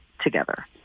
together